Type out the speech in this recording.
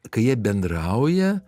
kai jie bendrauja